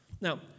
Now